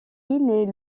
naît